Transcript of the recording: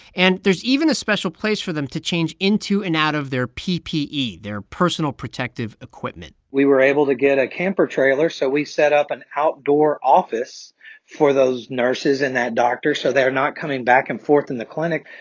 and there's even a special place for them to change into and out of their ppe, their personal protective equipment we were able to get a camper trailer, so we set up an outdoor office for those nurses and that doctor so they're not coming back and forth in the clinic.